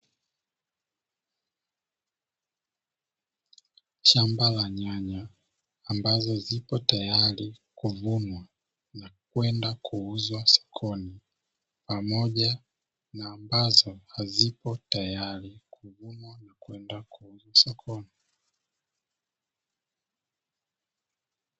Shamba la nyanya ambazo zipo tayari kuvunwa, na kwenda kuuzwa sokoni, pamoja na ambazo hazipo tayari kuvunwa na kwenda kuuzwa sokoni.